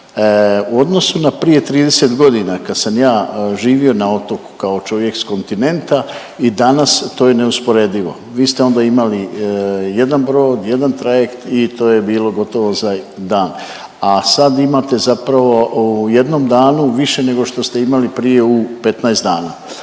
U odnosu na prije 30 godina kad sam ja živio na otoku kao čovjek s kontinenta i danas to je neusporedivo. Vi ste onda imali jedan brod, jedan trajekt i to je bilo gotovo za dan, a sad imate zapravo u jednom danu više nego što ste imali prije u 15 dana.